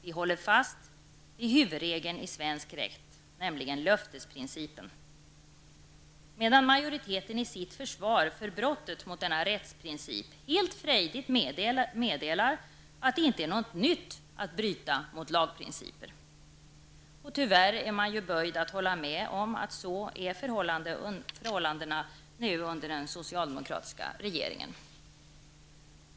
Vi håller fast vid huvudregeln i svensk rätt, nämligen löftesprincipen, medan majoriteten i sitt försvar för brottet mot denna rättsprincip helt frejdigt meddelar att det inte är någonting nytt att bryta mot lagprinciper. Och tyvärr är man böjd att hålla med om att så är förhållandet under den socialdemokratiska regeringen.